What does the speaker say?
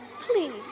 please